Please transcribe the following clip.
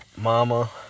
Mama